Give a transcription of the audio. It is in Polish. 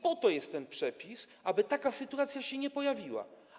Po to jest ten przepis, aby taka sytuacja się nie pojawiła.